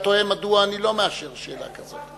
היה תוהה מדוע אני לא מאשר שאלה כזו.